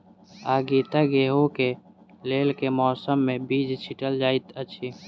आगिता गेंहूँ कऽ लेल केँ मौसम मे बीज छिटल जाइत अछि?